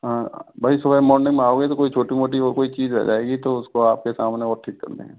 हाँ भाई सुबह मॉर्निंग में आओगे तो कोई छोटी मोटी और कोई चीज़ रह जाएगी तो उस को आप के सामने वो ठीक कर लेंगे